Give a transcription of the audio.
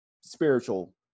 spiritual